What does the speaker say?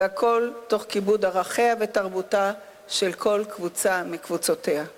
והכל תוך כיבוד ערכיה ותרבותה של כל קבוצה מקבוצותיה.